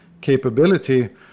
capability